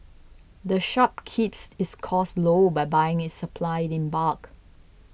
the shop keeps its costs low by buying its supplies in bulk